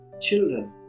children